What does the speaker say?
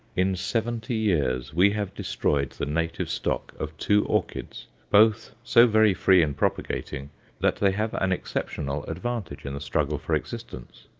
in seventy years we have destroyed the native stock of two orchids, both so very free in propagating that they have an exceptional advantage in the struggle for existence.